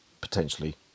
potentially